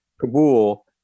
Kabul